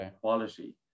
quality